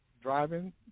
driving